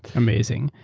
amazing.